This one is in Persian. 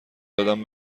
دادن